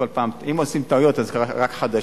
אם עושים טעויות אז רק חדשות,